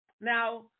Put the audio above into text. Now